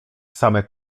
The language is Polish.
same